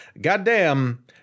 goddamn